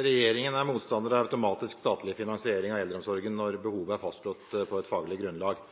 Regjeringen er motstander av automatisk statlig finansiering av eldreomsorgen når behovet er fastslått på et faglig grunnlag.